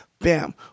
bam